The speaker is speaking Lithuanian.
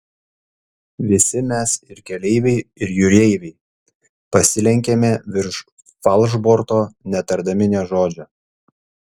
visi mes ir keleiviai ir jūreiviai pasilenkėme virš falšborto netardami nė žodžio